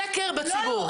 סקר בציבור.